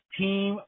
team